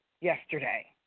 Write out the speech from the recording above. yesterday